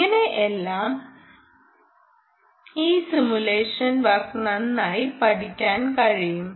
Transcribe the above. ഇങ്ങനെയെല്ലാം ഈ simulation work നന്നായി പഠിക്കാൻ കഴിയും